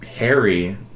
Harry